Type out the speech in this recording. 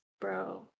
bro